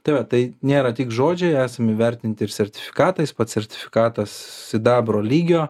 tai va tai nėra tik žodžiai esam įvertinti ir sertifikatais pats sertifikatas sidabro lygio